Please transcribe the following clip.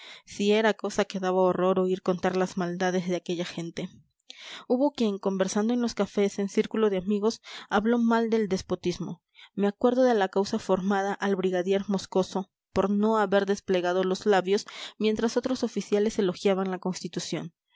si era cosa que daba horror oír contar las maldades de aquella gente hubo quien conversando en los cafés en círculo de amigos habló mal del despotismo me acuerdo de la causa formada al brigadier moscoso por no haber desplegado los labios mientras otros oficiales elogiaban la constitución